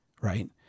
right